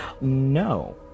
No